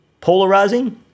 polarizing